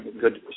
good